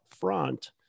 front